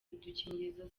udukingirizo